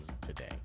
today